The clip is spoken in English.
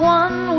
one